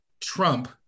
Trump